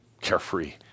carefree